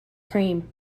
cream